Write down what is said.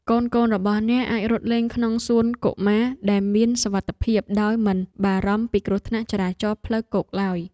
កូនៗរបស់អ្នកអាចរត់លេងក្នុងសួនកុមារដែលមានសុវត្ថិភាពដោយមិនបារម្ភពីគ្រោះថ្នាក់ចរាចរណ៍ផ្លូវគោកឡើយ។